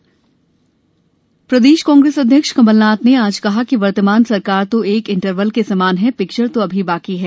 राजनीति कमलनाथ प्रदेश कांग्रेस अध्यक्ष कमलनाथ ने आज कहा कि वर्तमान सरकार तो एक इंटरवल के समान है पिक्चर तो अभी बाकी है